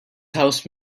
house